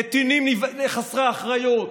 נתינים חסרי אחריות.